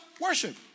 Worship